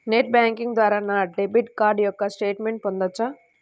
Net banking ద్వారా నా debit card యొక్క స్టేట్మెంట్ పొందవచ్చా?